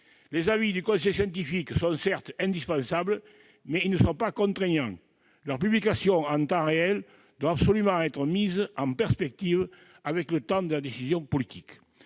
Les avis du conseil scientifique sont certes indispensables, mais ils ne sont pas contraignants. Leur publication en temps réel doit absolument être mise en perspective avec le temps de la décision politique.